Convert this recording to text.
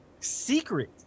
secret